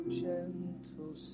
gentle